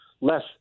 less